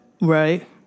Right